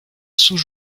sous